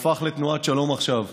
לתנועת שלום עכשיו: